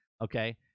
Okay